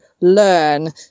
learn